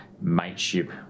mateship